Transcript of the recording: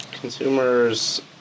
consumers